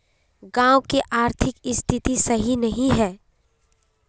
गाँव की आर्थिक स्थिति सही नहीं है?